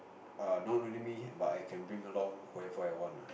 err not really me but I can bring along whoever I want